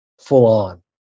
full-on